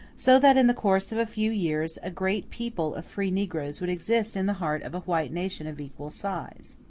so that in the course of a few years, a great people of free negroes would exist in the heart of a white nation of equal size.